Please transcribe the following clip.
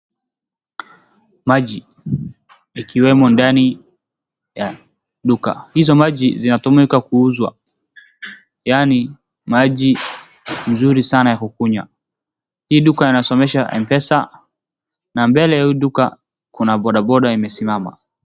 Maji ikiwemo ndani ya duka. Hizo maji zinatumika kuuzwa. Yani maji mzuri sana ya kukunywa. Hii duka inasomesha Mpesa na mbele ya hii duka kuna bodaboda imesimama.